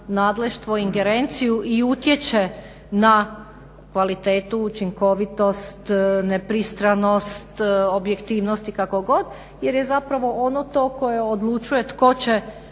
nadleštvo i ingerenciju i utječe na kvalitetu učinkovitost, nepristranost, objektivnost i kako god jer je ono zapravo to koje odlučuje tko će